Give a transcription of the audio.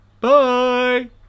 Bye